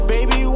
Baby